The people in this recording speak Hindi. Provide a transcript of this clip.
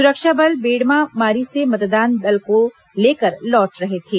सुरक्षा बल बेडमा मारी से मतदान दल को लेकर लौट रहे थे